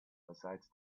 besides